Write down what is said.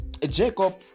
jacob